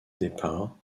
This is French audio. départ